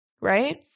right